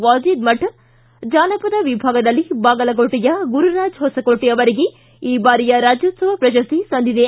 ವಾಜೇದ್ ಮಠ ಜಾನಪದ ವಿಭಾಗದಲ್ಲಿ ಬಾಗಲಕೋಟೆಯ ಗುರುರಾಜ ಹೊಸಕೋಟೆ ಅವರಿಗೆ ಈ ಬಾರಿಯ ರಾಜ್ಯೋತ್ಸವ ಪ್ರಶಸ್ತಿ ಸಂದಿದೆ